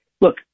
look